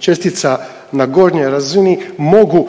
čestica na gornjoj razini, mogu